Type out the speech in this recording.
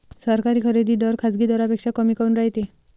सरकारी खरेदी दर खाजगी दरापेक्षा कमी काऊन रायते?